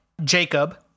Jacob